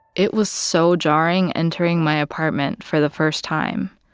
it was so jarring entering my apartment for the first time.